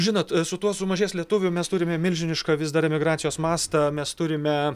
žinot su tuo sumažės lietuvių mes turime milžinišką vis dar emigracijos mastą mes turime